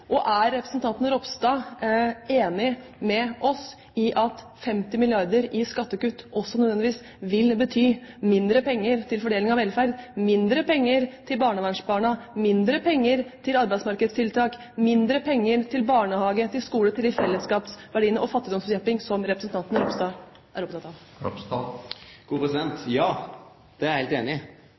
Er representanten Ropstad enig med oss i at 50 mrd. kr i skattekutt også nødvendigvis vil bety mindre penger til fordeling av velferd, mindre penger til barnevernsbarn, mindre penger til arbeidsmarkedstiltak, mindre penger til barnehager, til skoler, til fellesskapsverdiene og til fattigdomsbekjempelse, som han er opptatt av? Ja, eg er heilt einig. Derfor er eg glad for Arbeidarpartiet og Kristeleg Folkeparti kan stå saman i